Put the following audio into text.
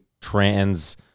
trans